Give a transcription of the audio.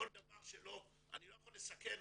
אני לא יכול לסכן,